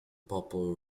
purple